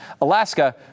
Alaska